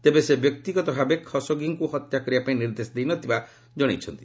ତେବେ ସେ ବ୍ୟକ୍ତିଗତ ଭାବେ ଖସୋଗିଙ୍କୁ ହତ୍ୟା କରିବାପାଇଁ ନିର୍ଦ୍ଦେଶ ଦେଇ ନ ଥିବା କହିଛନ୍ତି